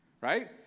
right